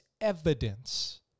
evidence